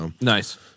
Nice